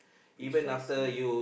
precisely